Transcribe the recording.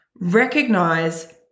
recognize